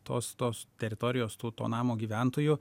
tos tos teritorijos tų to namo gyventojų